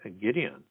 Gideon